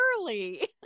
early